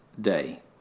day